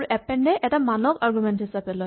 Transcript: append এ এটা মান আৰগুমেন্ট হিচাপে লয়